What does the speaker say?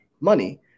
money